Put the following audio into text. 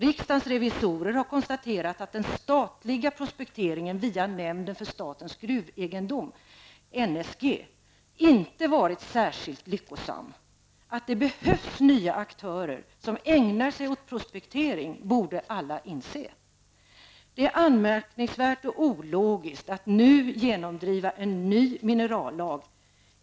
Riksdagens revisorer har konstaterat att den statliga prospekteringen via nämnden för statens gruvegendom, NSG, inte varit särskilt lyckosam. Att det behövs nya aktörer som ägnar sig åt prospektering borde alla inse. Det är anmärkningsvärt och ologiskt att nu genomdriva en ny minerallag.